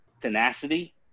tenacity